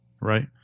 right